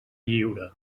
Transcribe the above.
lliure